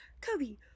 Kobe